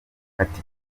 ati